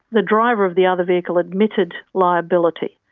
the driver of the other vehicle admitted liability,